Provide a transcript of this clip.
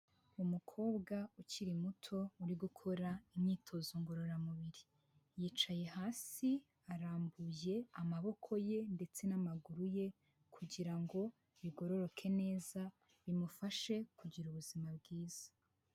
umukobwa ukiri muto, uri gukora imyitozo ngororamubiri, yicaye hasi arambuye amaboko ye, ndetse n'amaguru ye, kugira ngo bigororoke neza, bimufashe kugira ubuzima bwiza.